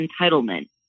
entitlement